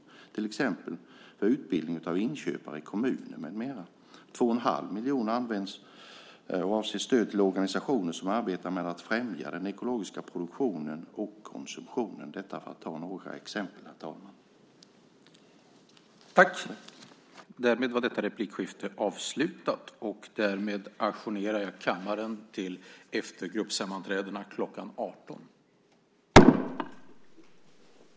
Det gäller till exempel utbildning av inköpare i kommuner med mera. 2 1⁄2 miljoner avser stöd till organisationer som arbetar med att främja den ekologiska produktionen och konsumtionen. Detta är några exempel, herr talman.